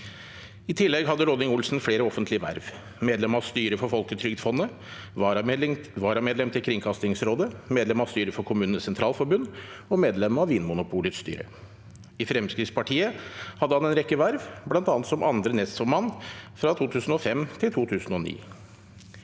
I tillegg hadde Lodding Olsen flere offentlige verv: medlem av styret for Folketrygdfondet, varamedlem til Kringkastingsrådet, medlem av styret for Kommunenes Sentralforbund og medlem av Vinmonopolets styre. I Fremskrittspartiet hadde han en rekke verv, bl.a. som andre nestformann fra 2005 til 2009.